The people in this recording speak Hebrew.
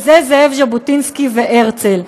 והם זאב ז'בוטינסקי והרצל,